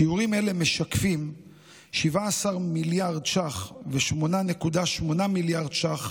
שיעורים אלה משקפים 17 מיליארד ש"ח ו-8.8 מיליארד ש"ח,